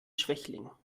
schwächling